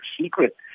secret